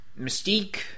mystique